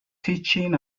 teaching